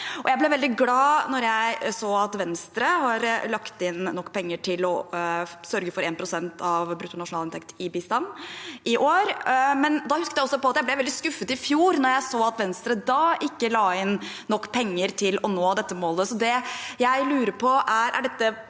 Jeg ble veldig glad da jeg så at Venstre har lagt inn nok penger til å sørge for 1 pst. av bruttonasjonalinntekt i bistand i år, men da husket jeg også på at jeg ble veldig skuffet i fjor, da jeg så at Venstre den gangen ikke la inn nok penger til å nå dette målet. Så jeg lurer på: Er dette